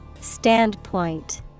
Standpoint